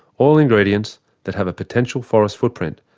all ingredients that have a potential forest footprint.